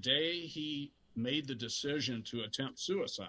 day he made the decision to attempt suicide